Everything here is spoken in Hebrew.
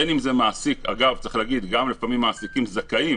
אגב, לפעמים גם מעסיקים זכאים